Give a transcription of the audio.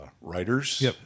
writers